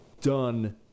done